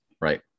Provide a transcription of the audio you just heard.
right